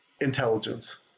Intelligence